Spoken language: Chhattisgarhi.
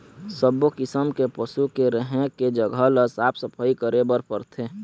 सब्बो किसम के पशु के रहें के जघा ल साफ सफई करे बर परथे